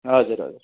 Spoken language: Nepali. हजुर हजुर